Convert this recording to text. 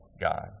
God